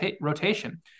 rotation